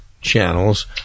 channels